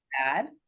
bad